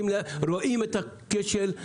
רואים את הכשל,